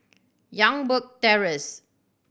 Youngberg Terrace